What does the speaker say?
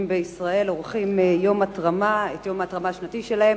בישראל עורכים את יום ההתרמה השנתי שלהם.